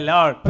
Lord